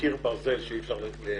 קיר ברזל שאי אפשר לשאוב,